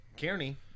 Kearney